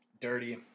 Dirty